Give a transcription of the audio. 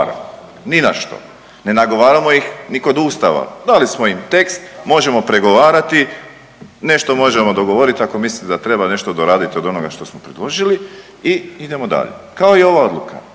ni na što, ne nagovaramo ih ni kod Ustava, dali smo im tekst možemo pregovarati, nešto možemo dogovoriti ako mislite da treba nešto doraditi od onoga što ste predložili i idemo dalje, kao i ova odluka,